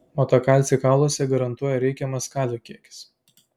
o tą kalcį kauluose garantuoja reikiamas kalio kiekis